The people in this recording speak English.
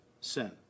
sin